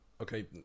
Okay